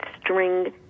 string